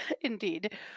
Indeed